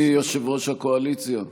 אדוני יושב-ראש הקואליציה.